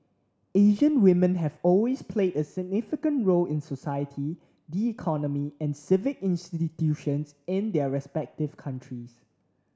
Asian women have always played a significant role in society the economy and civic institutions in their respective countries